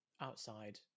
outside